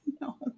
No